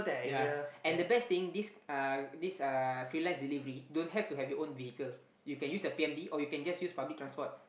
yea and the best thing this uh this uh freelance delivery don't have to have your own vehicle you can use a p_m_d or you can just use public transport